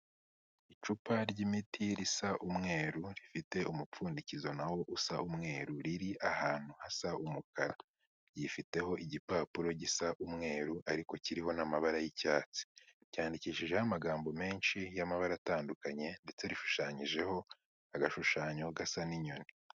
Icupa ry'imiti risa umweru, rifite umupfundikizo nawo usa umweru, riri ahantu hasa umukara. Ryifiteho igipapuro gisa umweru ariko kiriho n'amabara y'icyatsi. Cyandikishijeho amagambo menshi y'amabara atandukanye ndetse rishushanyijeho agashushanyo gasa n'inyoni.